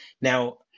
Now